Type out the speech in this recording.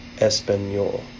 espanol